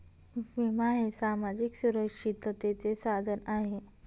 विमा हे सामाजिक सुरक्षिततेचे साधन आहे